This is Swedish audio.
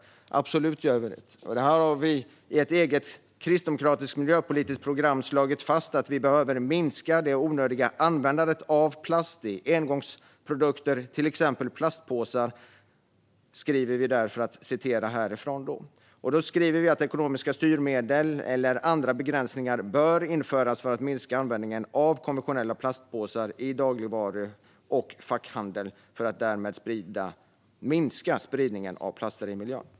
Ja, absolut gör vi det. Vi har i ett eget, kristdemokratiskt miljöpolitiskt program slagit fast att vi behöver minska det onödiga användandet av plast i engångsprodukter, till exempel plastpåsar. Det skriver vi där. Vi skriver också att ekonomiska styrmedel eller andra begränsningar bör införas för att minska användningen av konventionella plastpåsar i dagligvaru och fackhandel för att därmed minska spridningen av plaster i miljön.